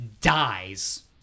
dies